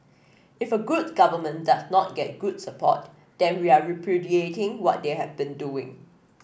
if a good government does not get good support then we are repudiating what they have been doing